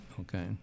okay